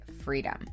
freedom